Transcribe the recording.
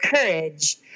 courage